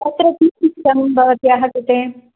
तत्र किम् इष्टं भवत्याः कृते